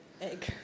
Egg